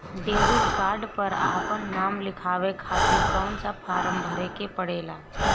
Debit card पर आपन नाम लिखाये खातिर कौन सा फारम भरे के पड़ेला?